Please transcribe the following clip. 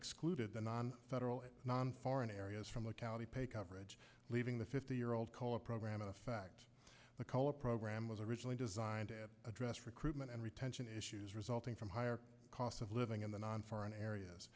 excluded the non federal non foreign areas from locality pay coverage leaving the fifty year old color program in effect the color program was originally designed to address recruitment and retention issues resulting from higher costs of living in the non foreign areas